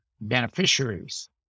beneficiaries